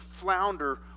flounder